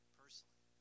personally